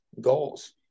goals